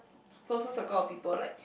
closer circle of people like